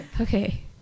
Okay